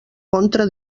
contra